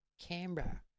Canberra